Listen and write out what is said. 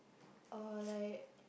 oh like